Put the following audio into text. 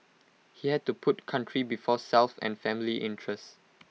he had to put country before self and family interest